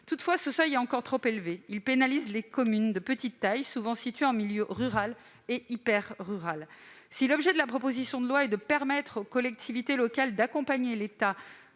Toutefois ce seuil demeure trop élevé. Il pénalise les communes de petite taille, souvent situées en milieu rural et hyper-rural. Si l'objet de la proposition de loi est de permettre aux collectivités locales d'accompagner l'État